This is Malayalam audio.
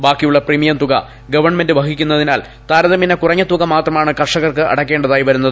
ബാക്കിയുള്ള പ്രീമിയം തുക ഗവൺമെന്റ് വഹിക്കുന്നതിനാൽ താരതമ്യേന കുറഞ്ഞ തുക മാത്രമാണ് കർഷകർക്ക് അടയ്ക്കേണ്ടതായി വരുന്നത്